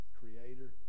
creator